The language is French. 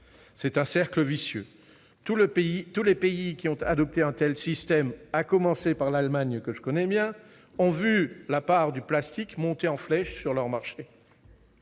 C'est un cercle vicieux. Tous les pays qui ont adopté un tel système, à commencer par l'Allemagne, pays que je connais bien, ont vu la part du plastique monter en flèche sur leur marché.